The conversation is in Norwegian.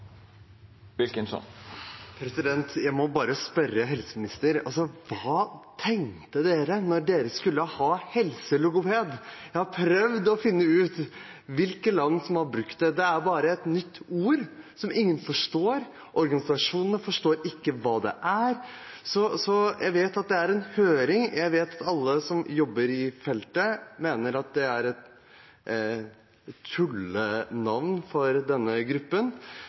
Jeg må bare spørre helseministeren: Hva tenkte man da man skulle ha helselogoped? Jeg har prøvd å finne ut hvilke land som har brukt det. Det er bare et nytt ord som ingen forstår. Organisasjonene forstår ikke hva det er. Jeg vet det skal være en høring, og jeg vet at alle som jobber i feltet, mener det er et tullenavn for denne gruppen.